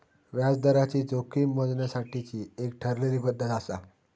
व्याजदराची जोखीम मोजण्यासाठीची एक ठरलेली पद्धत आसा